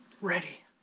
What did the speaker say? ready